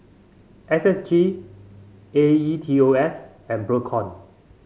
S S G A E T O S and Procom